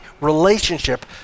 relationship